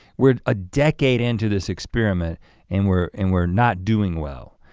we're a decade into this experiment and we're and we're not doing well.